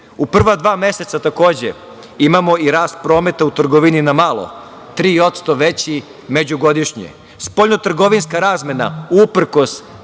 prva dva meseca takođe imamo i rast prometa u trgovini na malo 3% veći međugodišnje, spoljnotrgovinska razmena, uprkos